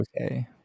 okay